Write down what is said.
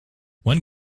when